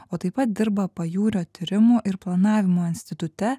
o taip pat dirba pajūrio tyrimų ir planavimo institute